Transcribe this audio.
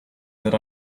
that